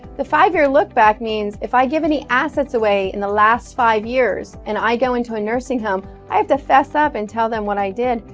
the five year look back means that if i give any assets away in the last five years, and i go into a nursing home, i have to fess up and tell them what i did.